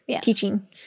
teaching